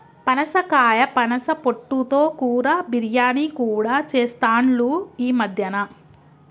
పనసకాయ పనస పొట్టు తో కూర, బిర్యానీ కూడా చెస్తాండ్లు ఈ మద్యన